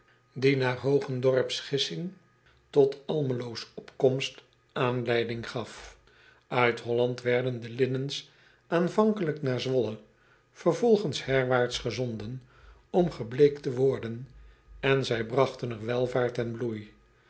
die naar ogendorps gissing tot lmelo s opkomst aanleiding gaf it olland werden de linnens aanvankelijk naar wolle vervolgens herwaarts gezonden om gebleekt te worden en zij bragten er welvaart en bloei